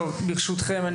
ברשותכם,